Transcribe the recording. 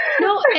no